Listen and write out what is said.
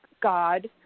God